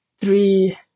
three